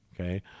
okay